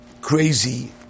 crazy